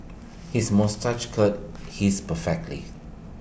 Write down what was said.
his moustache curl his perfectly